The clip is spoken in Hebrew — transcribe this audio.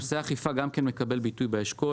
גם נושא האכיפה מקבל ביטוי באשכול